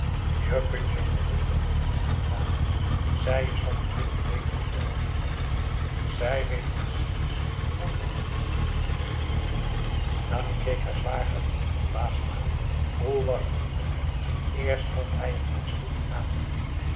je kunt je gerust op louise verlaten zij is van die dingen beter op de hoogte dan ik zij weet precies hoe het hoort nanni keek haar zwager verbaasd aan hoe was het nu met hem eerst vond hij er niets hoegenaamd in